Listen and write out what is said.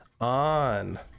on